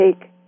take